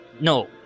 No